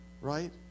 Right